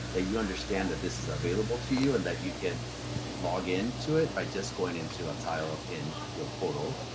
ah you understand that this is available to you and that you can log into it by just going into a tile in your portal.